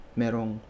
merong